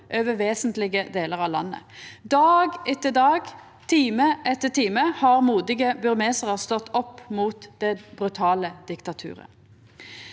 over vesentlege delar av landet. Dag etter dag, time etter time har modige burmesarar stått opp mot det brutale diktaturet.